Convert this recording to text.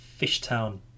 Fishtown